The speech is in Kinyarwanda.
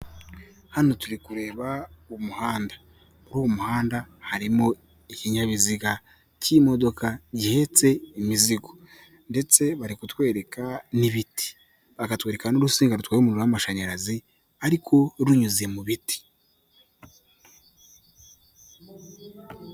Hano turi kureba umuhanda, muri uwo muhanda harimo ikinyabiziga k'imodoka gihetse imizigo ndetse bari kutwereka n'ibiti, bakatwereka n'urusinga rutwaye umuriro w'amashanyarazi ariko runyuze mu biti.